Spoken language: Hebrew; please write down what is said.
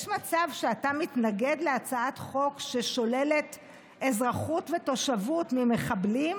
יש מצב שאתה מתנגד להצעת חוק ששוללת אזרחות ותושבות ממחבלים?